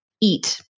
eat